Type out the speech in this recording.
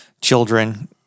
children